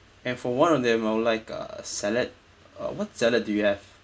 and for one of them I'll like a salad uh what salad do you have